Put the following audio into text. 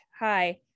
Hi